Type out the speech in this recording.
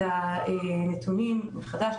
את הנתונים מחדש,